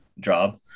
job